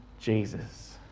Jesus